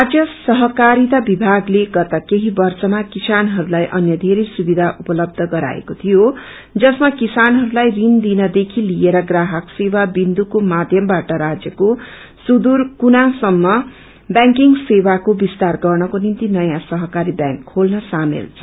राज्य सहकारिता विभागले गत केहि वर्षमा किसानहस्लाई अन्य धेरै सुबिधा उपलब्ध गराएको थियो जसमा किसानहरूलाई ऋण दिन देखि लिएर प्राहक सेवा बिन्दुको माध्यमबाट राज्यको सुद्दर कुनासम्म बर्यांकिंग सेवाको बिस्तार गर्नको निम्ति नयाँ सहकारी ब्यांक खोल्न शामेल छ